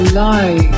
lie